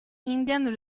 indian